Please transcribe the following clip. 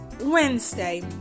Wednesday